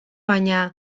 baina